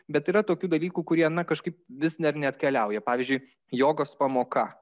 bet yra tokių dalykų kurie na kažkaip vis dar neatkeliauja pavyzdžiui jogos pamoka